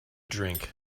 drink